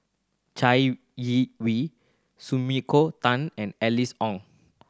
Chai Yee Wei Sumiko Tan and Alice Ong